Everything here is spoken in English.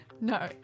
No